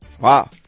Wow